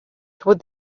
toward